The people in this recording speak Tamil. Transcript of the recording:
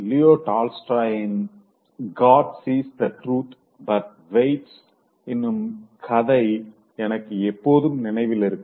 லியோ டால்ஸ்டாயின்Leo Tolstoys God sees the truth but waits இன்னும் கதை எனக்கு எப்போதும் நினைவிருக்கும்